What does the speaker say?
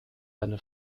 seine